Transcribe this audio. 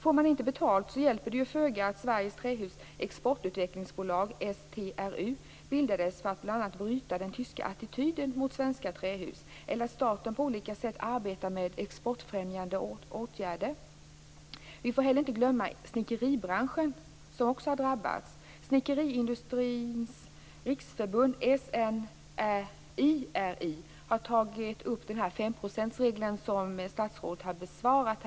Får man inte betalt hjälper det föga att Sveriges Trähus Exportutvecklingsbolag, STRU, bildades för att bl.a. bryta den tyska attityden mot svenska trähus eller att staten på olika sätt arbetar med exportfrämjande åtgärder. Vi får heller inte glömma snickeribranschen, som också har drabbats. Snickeriindustrins riksförbund, SNIRI, har tagit upp frågan om femprocentsregeln som statsrådet här har besvarat.